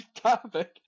topic